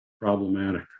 problematic